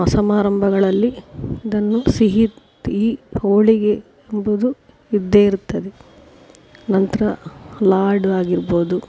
ಸಮಾರಂಭಗಳಲ್ಲಿ ಇದನ್ನು ಸಿಹಿ ತೀ ಹೋಳಿಗೆ ಎಂಬುದು ಇದ್ದೇ ಇರ್ತದೆ ನಂತರ ಲಾಡು ಆಗಿರ್ಬೌದು